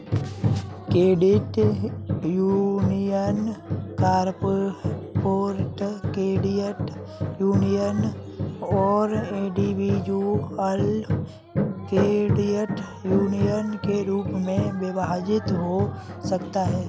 credit union corporate credit union और individual credit union के रूप में विभक्त हो सकती हैं